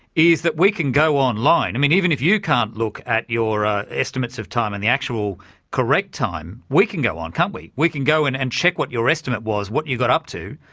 is that we can go online i mean even if you can't look t your ah estimates of time and the actual correct time, we can go on, can't we? we can go and and check what your estimate was, what you got up to,